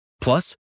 Plus